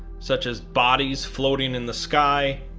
such as bodies floating in the sky,